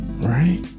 Right